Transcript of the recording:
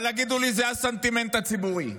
אבל יגידו לי: זה הסנטימנט הציבורי.